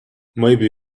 maybe